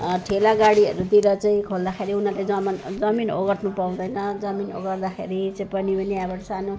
ठेला गाडीहरूतिर चाहिँ खोल्दाखेरि उनीहरूले जमिन जमिन ओगट्न पाउँदैन जमिन ओगटदाखेरि जे पनि